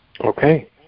Okay